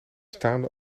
staande